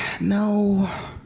No